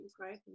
right